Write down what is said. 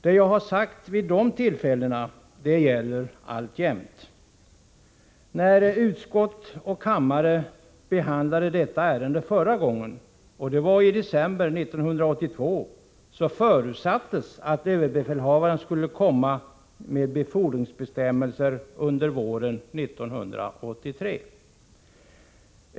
Det jag sagt vid de tillfällena gäller alltjämt. När utskott och kammare behandlade detta ärende förra gången, i december 1982, förutsattes att överbefälhavaren skulle komma med befordringsbestämmeler under våren 1983.